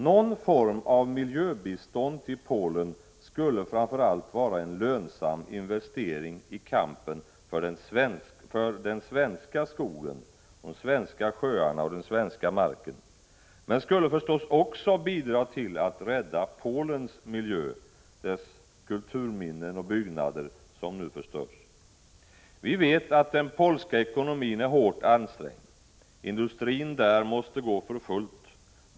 Någon form av miljöbistånd till Polen skulle framför allt vara en lönsam investering i kampen för den svenska skogen, de svenska sjöarna och den svenska marken men skulle också bidra till att rädda Polens miljö, dess kulturminnen och byggnader som nu förstörs. Vi vet att den polska ekonomin är hårt ansträngd. Industrin där måste gå för fullt.